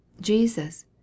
Jesus